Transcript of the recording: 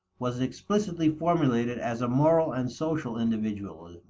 was explicitly formulated as a moral and social individualism.